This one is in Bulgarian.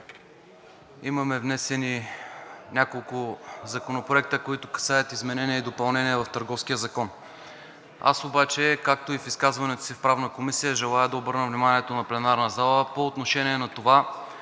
Имаме внесени няколко законопроекта, които касаят изменения и допълнения в Търговския закон. Обаче, както и в изказването си в Правната комисия, желая да обърна вниманието на пленарната зала по отношение на това,